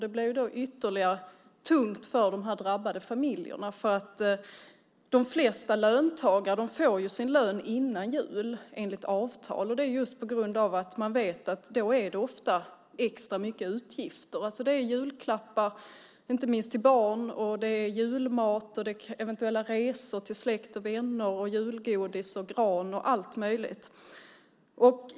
Det blir då ännu tyngre för de här drabbade familjerna. De flesta löntagare får ju sin lön före jul, enligt avtal, just på grund av att man vet att det då ofta är extra mycket utgifter. Det är julklappar, inte minst till barn. Det är julmat. Det är eventuella resor till släkt och vänner. Det är julgodis och gran och allt möjligt.